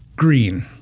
Green